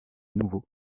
nouveau